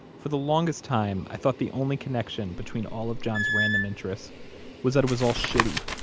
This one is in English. for the longest time, i thought the only connection between all of john's random interests was that it was all shitty.